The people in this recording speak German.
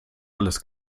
alles